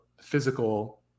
physical